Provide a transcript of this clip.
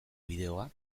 bideoa